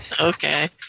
Okay